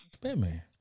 Batman